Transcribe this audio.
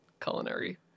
culinary